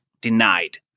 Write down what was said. Denied